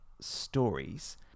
stories